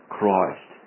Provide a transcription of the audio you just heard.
Christ